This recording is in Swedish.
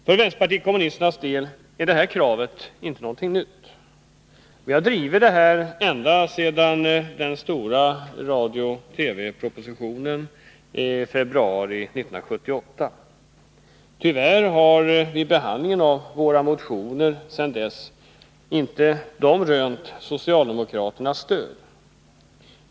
För vänsterpartiet kommunisternas del är detta krav inte någonting nytt. Vi har drivit detta krav ända sedan vi behandlade den stora radiooch TV-propositionen i februari 1978. Tyvärr har våra motioner sedan dess inte vunnit socialdemokraternas stöd.